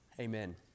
Amen